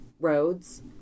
roads